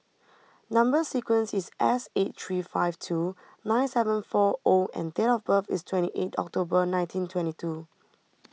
Number Sequence is S eight three five two nine seven four O and date of birth is twenty eight October nineteen twenty two